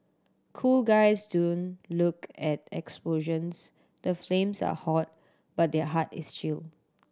cool guys don't look at explosions the flames are hot but their heart is chill